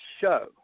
show